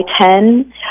Ten